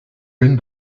hin